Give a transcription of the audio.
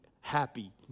happy